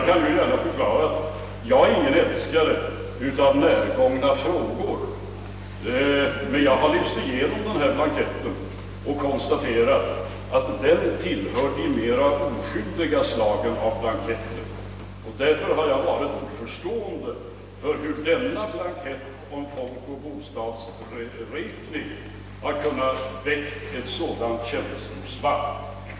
Jag skall gärna medge att jag inte är någon älskare av närgångna frågor, men jag har läst igenom den aktuella blanketten och konstaterat att den tillhör de mera oskyldiga slagen av blanketter. Därför har jag ställt mig oförstående till att blanketten åstadkommit ett sådant känslosvall.